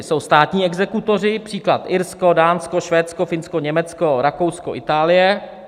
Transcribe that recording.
Jsou státní exekutoři, příklad: Irsko, Dánsko, Švédsko, Finsko, Německo, Rakousko, Itálie.